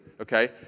okay